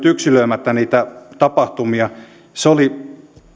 yksilöimättä niitä tapahtumia